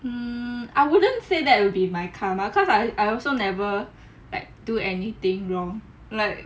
hmm I wouldn't say that will be my karma cause I I also never like do anything wrong like